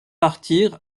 partir